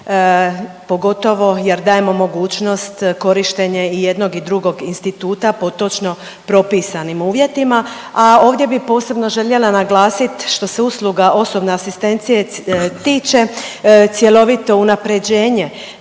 pogotovo jer dajemo mogućnost korištenja i jednog i drugog instituta po točno propisanim uvjetima. A ovdje bi posebno željela naglasiti što se usluga osobne asistencije tiče cjelovito unapređenje